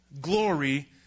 glory